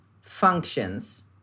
functions